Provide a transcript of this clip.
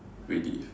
relief